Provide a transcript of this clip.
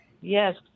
Yes